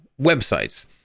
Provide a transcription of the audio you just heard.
websites